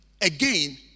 again